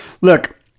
look